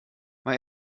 mal